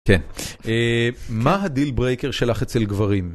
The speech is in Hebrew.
כן, מה ה-deal breaker שלך אצל גברים?